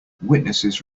witnesses